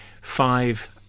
five